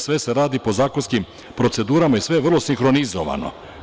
Sve se radi po zakonskim procedurama i sve je vrlo sinhronizovano.